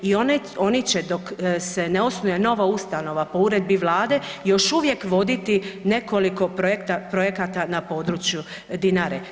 I oni će dok se ne osnuje nova ustanova po uredbi Vlade još uvijek voditi nekoliko projekata na području Dinare.